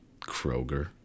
Kroger